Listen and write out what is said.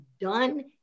done